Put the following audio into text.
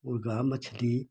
मुर्गा मछली